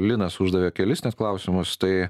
linas uždavė kelis net klausimus tai